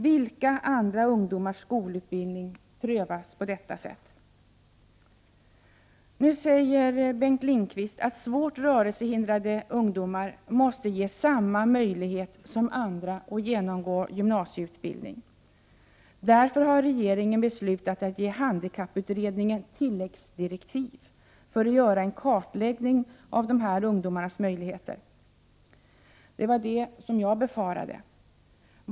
Vilka andra ungdomars skolutbildning prövas på detta sätt? Nu säger Bengt Lindqvist att svårt rörelsehindrade ungdomar måste ges samma möjlighet som andra att genomgå gymnasieutbildning. Därför har regeringen beslutat att ge handikapputredningen tilläggsdirektiv att göra en kartläggning av dessa ungdomars möjligheter till utbildning. Det var vad jag befarade.